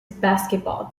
basketball